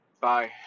bye